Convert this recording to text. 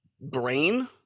brain